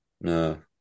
No